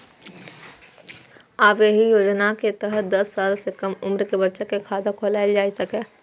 आब एहि योजनाक तहत दस साल सं कम उम्र के बच्चा के खाता खोलाएल जा सकै छै